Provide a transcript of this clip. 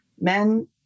Men